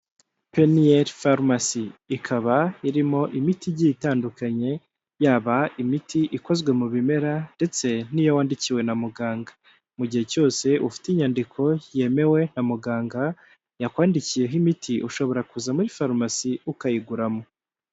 Peniyeri farumasi, ikaba irimo imiti igiye itandukanye, yaba imiti ikozwe mu bimera ndetse niyo wandikiwe na muganga, mu gihe cyose ufite inyandiko yemewe na muganga yakwandikiyeho imiti ushobora kuza muri farumasi ukayiguramo.